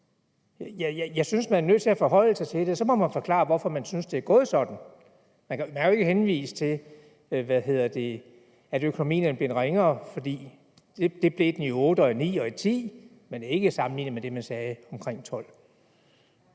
Jeg synes, man er nødt til at forholde sig til det, og så må man forklare, hvorfor man synes, det er gået sådan. Man kan jo ikke henvise til, at økonomien er blevet ringere, for det blev den i 2008 og 2009 og 2010, men ikke sammenlignet med det, man sagde om 2012.